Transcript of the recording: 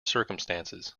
circumstances